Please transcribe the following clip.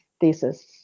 thesis